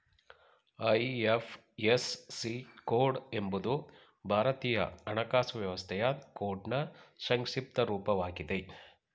IFSC code ಎಂಬುದು ಭಾರತೀಯ ಹಣಕಾಸು ವ್ಯವಸ್ಥೆಯ ಕೋಡ್ನ್ ಸಂಕ್ಷಿಪ್ತ ರೂಪವಾಗಿದೆ